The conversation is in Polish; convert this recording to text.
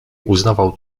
uznawał